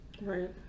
right